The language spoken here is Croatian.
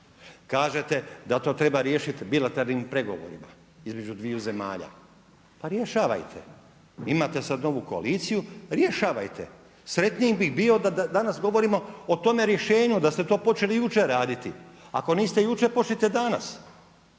Kažete da to treba riješiti bilateralnim pregovorima između dviju zemalja. Pa rješavajte. Imate sad novu koaliciju, rješavajte. Sretniji bih bio da danas govorimo o tome rješenju, da ste to počeli jučer raditi. Ako niste jučer, počnite danas.